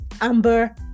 amber